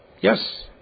Yes